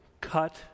cut